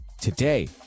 today